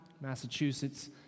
Massachusetts